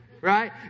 Right